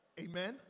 Amen